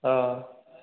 औ